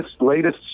latest